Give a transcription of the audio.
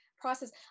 process